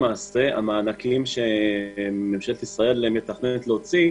למעשה, המענקים שממשלת ישראל מתכננת להוציא.